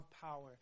power